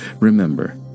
Remember